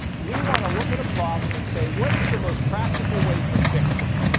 we want to look at a problem and say what is the most practical way to fix it?